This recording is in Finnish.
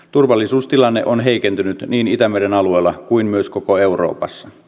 turvallisuustilanne on heikentynyt niin itämeren alueella kuin myös koko euroopassa